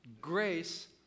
Grace